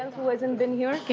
and who hasn't been here?